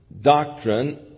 doctrine